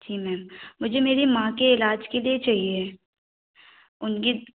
जी ma'am मुझे मेरी माँ के इलाज के लिए चाहिए उनकी